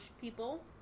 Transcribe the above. people